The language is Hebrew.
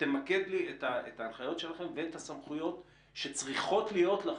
תמקד לי את ההנחיות שלכם ואת הסמכויות שצריכות להיות לכם,